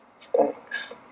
Thanks